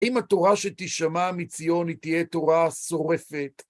אם התורה שתשמע מציון, היא תהיה תורה שורפת.